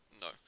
no